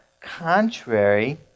contrary